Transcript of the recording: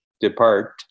depart